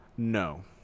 no